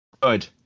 Good